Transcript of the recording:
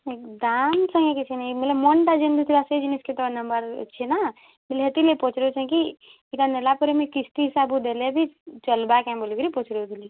ନାଇଁ ଦାମ୍ ସାଙ୍ଗେ କିଛି ନାଇଁ ବୋଲେ ମନ୍ଟା ଯେନ୍ ଭିତରୁ ଆସେ ଜିନିଷ କେ ତ ନେବାର୍ ଅଛି ନା ବୋଲେ ସେଥିର ଲାଗି ପଚାରୁଛୁଁ କି ସେଟା ନେଲା ପରେ ମୁଇଁ କିସ୍ତି ହିସାବ ଦେଲେ ବି ଚଲ୍ବା କାଁ ବୋଲି କିରି ପଚରଉଥିଲି